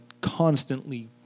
constantly